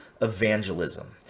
evangelism